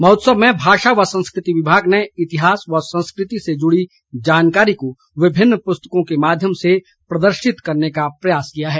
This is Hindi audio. महोत्सव में भाषा व संस्कृति विभाग ने इतिहास व संस्कृति से जुड़ी जानकारी को विभिन्न पुस्तकों के माध्यम से प्रदर्शित करने का प्रयास किया है